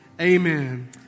amen